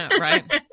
Right